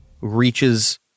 reaches